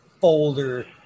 folder